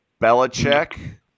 Belichick